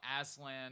Aslan